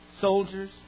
soldiers